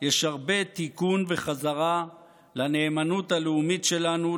יש הרבה תיקון וחזרה לנאמנות הלאומית שלנו,